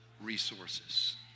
resources